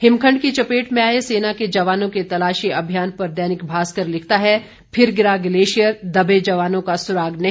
हिमखंड की चपेट में आए सेना के जवानों के तलाशी अभियान पर दैनिक भास्कर लिखता है फिर गिरा ग्लेशियर दबे जवानों का सुराग नहीं